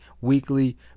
weekly